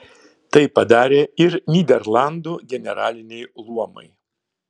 tai padarė ir nyderlandų generaliniai luomai